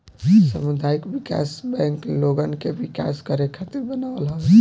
सामुदायिक विकास बैंक लोगन के विकास करे खातिर बनल हवे